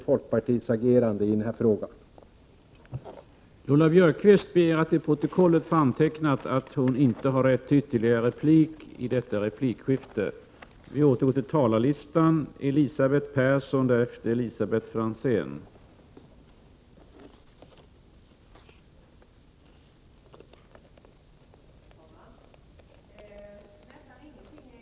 Folkpartiets agerande i den här frågan förvånar mig verkligen.